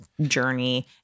journey